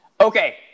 Okay